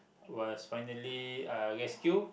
was finally uh rescue